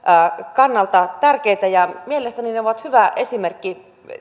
kannalta tärkeitä mielestäni ne ovat hyvä esimerkki